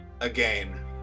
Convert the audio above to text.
again